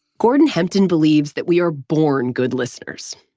gordon hempton believes that we are born good listeners,